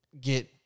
get